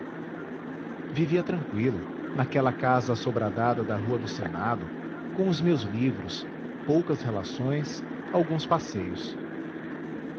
vivia tranqüilo naquela casa assobradada da rua do senado com os meus livros poucas relações alguns passeios